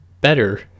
better